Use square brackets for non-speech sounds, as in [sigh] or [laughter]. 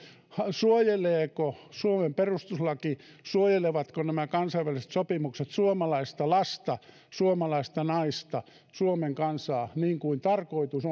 suojeleeko suomen perustuslaki suojelevatko nämä kansainväliset sopimukset suomalaista lasta suomalaista naista suomen kansaa niin kuin tarkoitus [unintelligible]